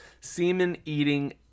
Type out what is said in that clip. semen-eating